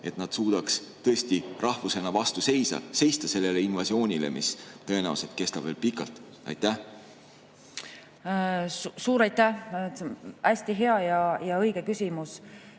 et nad suudaks tõesti rahvusena vastu seista sellele invasioonile, mis tõenäoliselt kestab veel pikalt? Suur aitäh! Hästi hea ja õige küsimus.